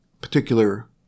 particular